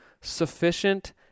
sufficient